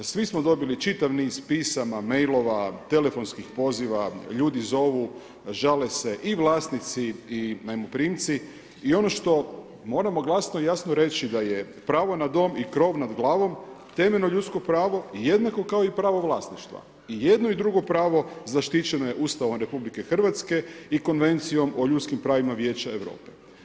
Svi smo dobili čitav niz pisama, mailova, telefonskih poziva, ljudi zovu žale se i vlasnici i najmoprimci i ono što moramo glasno i jasno reći da je pravo na dom i krov nad glavom temeljno ljudsko pravo i jednako kao i pravo vlasništva, i jedno i drugo pravo zaštićeno je Ustavom RH i Konvencijom o ljudskim pravima Vijeća Europe.